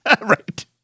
Right